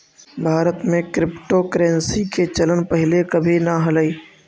भारत में क्रिप्टोकरेंसी के चलन पहिले कभी न हलई